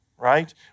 right